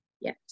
Yes